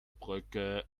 brücke